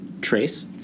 Trace